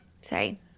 Sorry